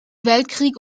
weltkrieg